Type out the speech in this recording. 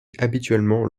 habituellement